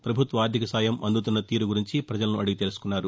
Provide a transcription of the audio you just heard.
ప్రభుత్వ ఆర్ధిక సాయం అందుతున్న తీరు గురించి ప్రజలను అడిగి తెలుసుకున్నారు